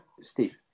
Steve